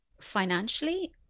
financially